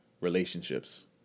relationships